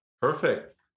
Perfect